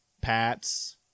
Pats